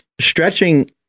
stretching